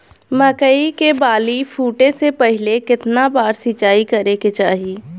मकई के बाली फूटे से पहिले केतना बार सिंचाई करे के चाही?